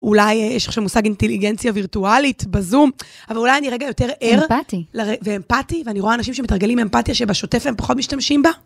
אולי יש עכשיו מושג אינטליגנציה ווירטואלית בזום, אבל אולי אני רגע יותר ער. אמפתי. ואמפתי, ואני רואה אנשים שמתרגלים אמפתיה שבשוטף הם פחות משתמשים בה.